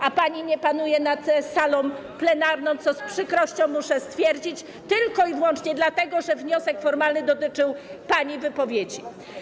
A pani nie panuje nad salą plenarną - co z przykrością muszę stwierdzić - tylko i wyłącznie dlatego, że wniosek formalny dotyczył pani wypowiedzi.